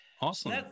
Awesome